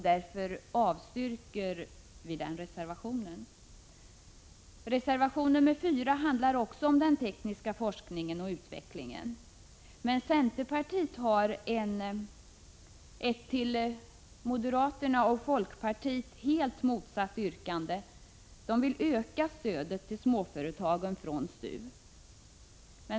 Därför avstyrker vi reservationen. Reservation 4 handlar om den tekniska forskningen och utvecklingen. Men centerpartiet har ett i förhållande till moderaterna och folkpartiet helt motsatt yrkande och vill öka stödet till småföretagen från STU.